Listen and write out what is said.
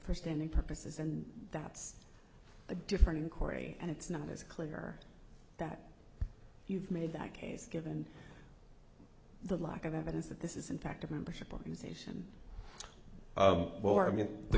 for standing purposes and that's a different corey and it's not as clear that you've made that case given the lack of evidence that this is in fact a membership organization well i mean the